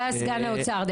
שהיה שר במשרד האוצר.